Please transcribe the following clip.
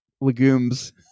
Legumes